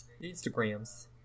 Instagrams